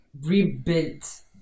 rebuilt